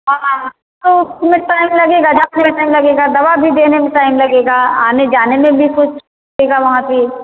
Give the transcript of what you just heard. हाँ हाँ हाँ तो उसमें टाइम लगेगा जाने में टाइम लगेगा दवा भी देने म टाइम लगेगा आने जाने में भी कुछ लगेगा वहां से